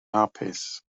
hapus